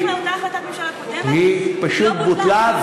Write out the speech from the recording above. בהתאם לאותה החלטת ממשלה קודמת, היא לא בוטלה.